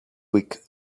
week